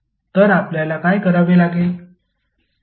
तर आपल्याला काय करावे लागेल